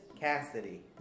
Cassidy